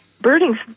birding's